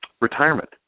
retirement